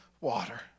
water